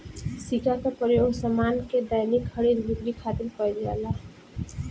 सिक्का के प्रयोग सामान के दैनिक खरीद बिक्री खातिर कईल जाला